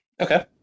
Okay